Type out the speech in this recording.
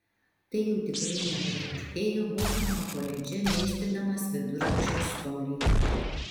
tai jau tikrai nepraturtėjo bostono koledže dėstydamas viduramžių istoriją